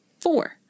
four